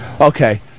Okay